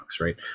right